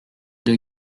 deux